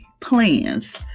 plans